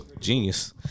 Genius